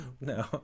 no